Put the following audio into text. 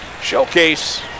showcase